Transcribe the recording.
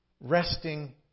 Resting